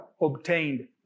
obtained